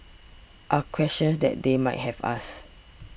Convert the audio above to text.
are questions that they might have asked